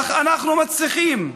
אך אנחנו מצליחים,